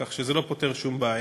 כך שזה לא פותר שום בעיה.